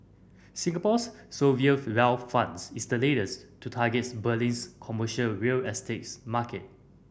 Singapore's wealth funds is the latest to targets Berlin's commercial real market